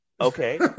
Okay